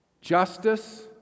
justice